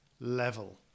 level